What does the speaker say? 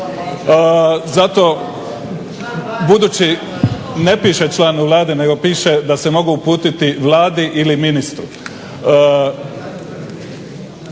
Zato, budući, ne piše članu Vlade, nego piše da se mogu uputiti Vladi ili ministru.